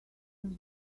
was